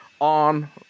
on